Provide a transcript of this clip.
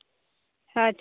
ᱦᱳᱭ